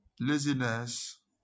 laziness